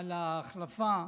על ההחלפה.